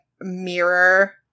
mirror